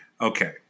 Okay